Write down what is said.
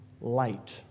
light